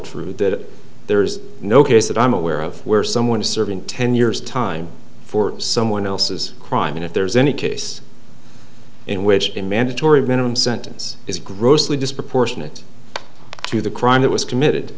true that there is no case that i'm aware of where someone is serving ten years time for someone else's crime and if there's any case in which a mandatory minimum sentence is grossly disproportionate to the crime that was committed